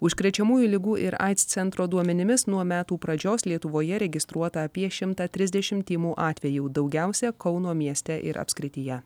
užkrečiamųjų ligų ir aids centro duomenimis nuo metų pradžios lietuvoje registruota apie šimtą trisdešimt tymų atvejų daugiausia kauno mieste ir apskrityje